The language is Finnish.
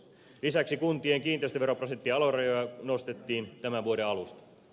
lisäksi kuntien kiinteistöveroprosenttien alarajoja nostettiin tämän vuoden alusta